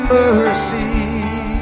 mercy